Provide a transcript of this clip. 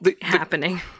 happening